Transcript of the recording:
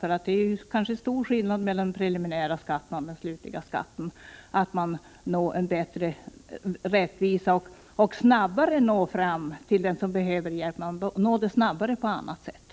Det kan t.ex. vara stor skillnad mellan den preliminära skatt som tas ut och den slutliga skatten. Det finns andra och snabbare sätt att hjälpa dessa människor.